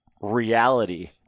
reality